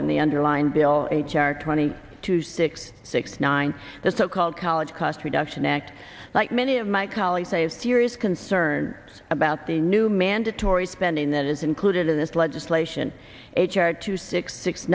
in the underlying bill h r twenty two six six nine the so called college cost reduction act like many of my colleagues a serious concern about the new mandatory spending that is included in this legislation h r two six six